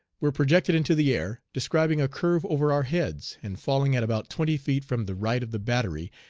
were projected into the air, describing a curve over our heads, and falling at about twenty feet from the right of the battery,